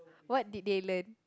what did they learn